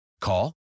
Call